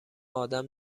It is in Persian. آدم